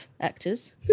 actors